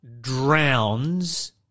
drowns